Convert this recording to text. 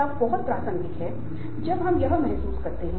जरूरतें शारीरिक हो सकती हैं या यह सामाजिक हो सकती हैं